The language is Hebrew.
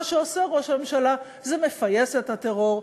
מה שעושה ראש הממשלה זה מפייס את הטרור,